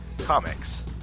Comics